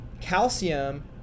Calcium